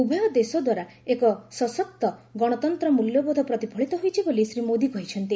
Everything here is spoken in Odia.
ଉଭୟ ଦେଶଦ୍ୱାରା ଏକ ସଶକ୍ତ ଗଣତନ୍ତ୍ର ମୂଲ୍ୟବୋଧ ପ୍ରତିଫଳିତ ହୋଇଛି ବୋଲି ଶ୍ରୀ ମୋଦି କହିଛନ୍ତି